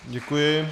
Děkuji.